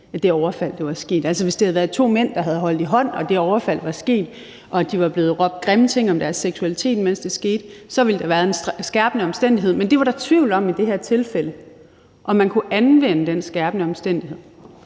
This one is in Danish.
at det overfald var sket. Altså, hvis det havde været to mænd, der havde holdt i hånd, og det overfald var sket, og der var blevet råbt grimme ting om deres seksualitet, mens det skete, så ville det være en skærpende omstændighed, men det var der tvivl om i det her tilfælde; om man kunne anvende den skærpende omstændighed.